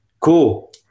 Cool